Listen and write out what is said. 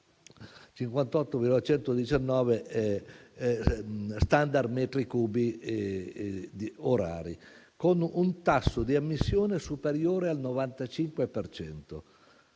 58,119 *standard* metri cubi all'ora, con un tasso di emissione superiore al 95